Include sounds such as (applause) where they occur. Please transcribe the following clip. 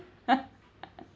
(laughs)